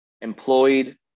employed